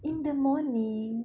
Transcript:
in the morning